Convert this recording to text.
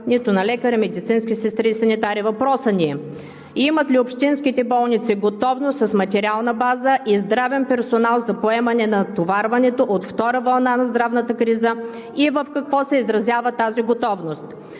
нито на лекари, медицински сестри и санитари. Въпросът ни е: имат ли общинските болници готовност с материална база и здравен персонал за поемане на натоварването от втора вълна на здравната криза и в какво се изразява тази готовност?